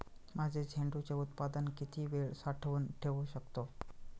माझे झेंडूचे उत्पादन किती वेळ साठवून ठेवू शकतो?